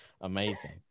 Amazing